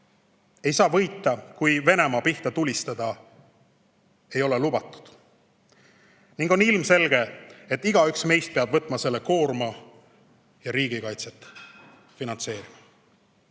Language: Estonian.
ei saa võita, kui Venemaa pihta tulistada ei ole lubatud. Ning on ilmselge, et igaüks meist peab võtma selle koorma ja riigikaitset finantseerima.